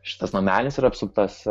šitas namelis yra apsuptas